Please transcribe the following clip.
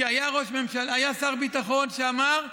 כי היה שר ביטחון שאמר: